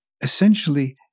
essentially